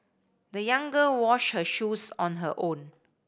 the young girl washed her shoes on her own